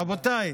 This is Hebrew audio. רבותיי,